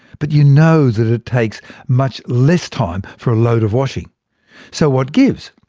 but you know that it takes much less time for a load of washing so what gives?